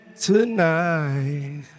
tonight